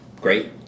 Great